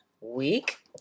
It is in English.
week